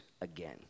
again